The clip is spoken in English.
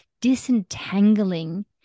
disentangling